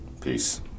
Peace